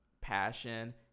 passion